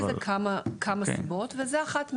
אז יש לזה כמה סיבות, וזו אחת מהן.